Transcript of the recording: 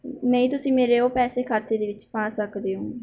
ਨਹੀਂ ਤੁਸੀਂ ਮੇਰੇ ਉਹ ਪੈਸੇ ਖਾਤੇ ਦੇ ਵਿੱਚ ਪਾ ਸਕਦੇ ਹੋ